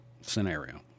scenario